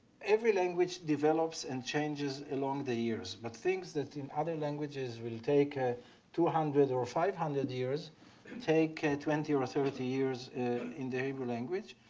every language develops and changes along the years but things that in other languages will take ah two hundred or five hundred years take twenty or thirty years in the hebrew language.